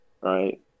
Right